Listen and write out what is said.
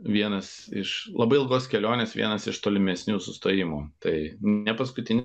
vienas iš labai ilgos kelionės vienas iš tolimesnių sustojimų tai ne paskutinį